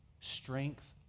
Strength